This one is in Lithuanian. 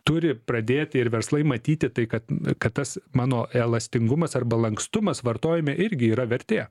turi pradėti ir verslai matyti tai kad kad tas mano elastingumas arba lankstumas vartojame irgi yra vertė